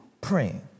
praying